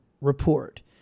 report